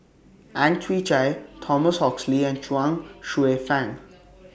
Ang Chwee Chai Thomas Oxley and Chuang Hsueh Fang